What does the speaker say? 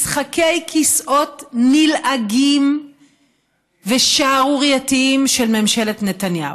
משחקי כסאות נלעגים ושערורייתיים של ממשלת נתניהו.